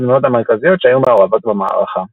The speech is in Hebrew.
הדמויות המרכזיות שהיו מעורבות במערכה.